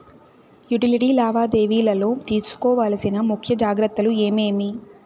Utility లావాదేవీల లో తీసుకోవాల్సిన ముఖ్య జాగ్రత్తలు ఏమేమి?